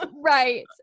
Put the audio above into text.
right